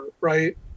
right